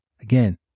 Again